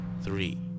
three